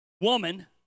woman